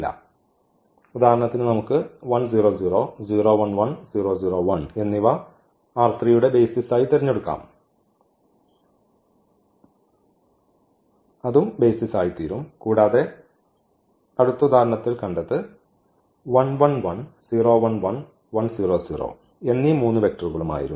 അതിനാൽ ഉദാഹരണത്തിന് നമുക്ക് എന്നിവ യുടെ ബെയ്സിസ് ആയി തിരഞ്ഞെടുക്കാം അതും യുടെ ബെയ്സിസ് ആയിത്തീരും കൂടാതെ ഉദാഹരണത്തിൽ കണ്ടത് എന്നീ 3 വെക്ടറുകൾഉം ആയിരുന്നു